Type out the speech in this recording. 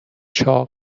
چاق